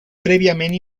prèviament